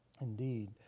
indeed